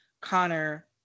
connor